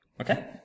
Okay